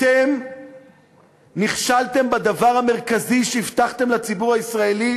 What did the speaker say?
אתם נכשלתם בדבר המרכזי שהבטחתם לציבור הישראלי,